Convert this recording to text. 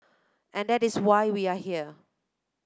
and that is why we are here